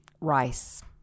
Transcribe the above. rice